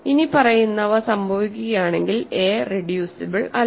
ഇനിപ്പറയുന്നവ സംഭവിക്കുകയാണെങ്കിൽ a reducible അല്ല